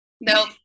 no